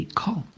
call